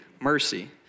mercy